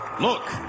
Look